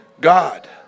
God